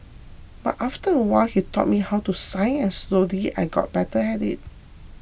but after a while he taught me how to sign and slowly I got better at it